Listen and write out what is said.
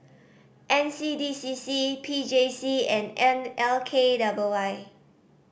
N C D C C P J C and N L K W Y